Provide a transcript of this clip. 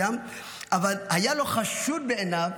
אבל היה חשוד בעיניו